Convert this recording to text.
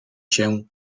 się